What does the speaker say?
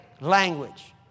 language